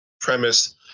premise